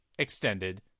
extended